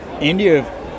India